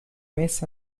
mes